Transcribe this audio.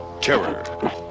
terror